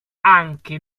anche